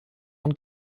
von